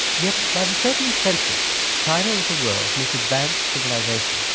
yet, by the thirteenth century china was the world's most advanced civilisation.